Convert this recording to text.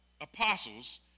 apostles